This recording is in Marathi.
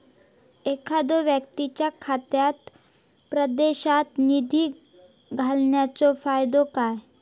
एखादो व्यक्तीच्या खात्यात परदेशात निधी घालन्याचो फायदो काय?